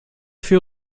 für